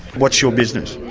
what's your business?